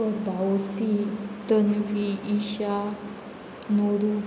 Pabavati Tanvi Isha Nauru